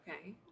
okay